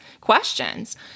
questions